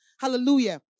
Hallelujah